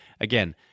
again